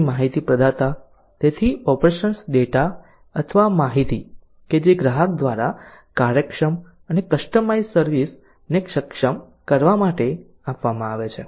પછી માહિતી પ્રદાતા તેથી ઓપરેશન્સ ડેટા અથવા માહિતી કે જે ગ્રાહક દ્વારા કાર્યક્ષમ અને કસ્ટમાઇઝ્ડ સર્વિસ ને સક્ષમ કરવા માટે આપવામાં આવે છે